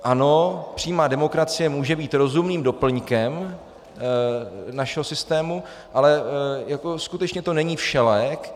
Ano, přímá demokracie může být rozumným doplňkem našeho systému, ale skutečně to není všelék.